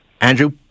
Andrew